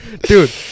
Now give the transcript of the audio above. dude